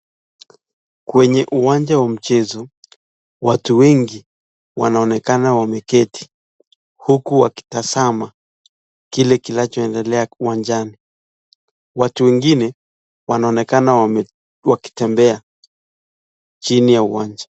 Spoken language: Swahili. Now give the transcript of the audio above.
Kwenye uwanja wa mchezo watu wengi wanaonekana wameketi huku wakitazama kile kinacho endelea uwanjani. Watu wengine wanaonekana wakitembea chini ya uwanja.